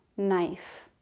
nice,